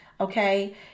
okay